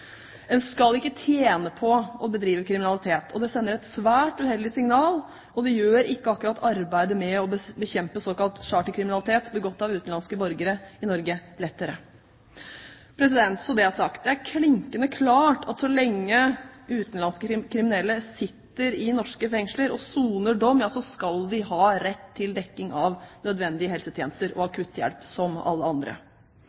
En skal ikke tjene på kriminalitet. Det sender et svært uheldig signal, og det gjør ikke akkurat arbeidet med å bekjempe såkalt charterkriminalitet begått av utenlandske borgere i Norge lettere. Bare så det er sagt: Det er klinkende klart at så lenge utenlandske kriminelle sitter i norske fengsler og soner dom, skal de ha rett til å få dekket nødvendige helsetjenester og